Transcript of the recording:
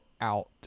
out